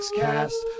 cast